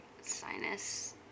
sinus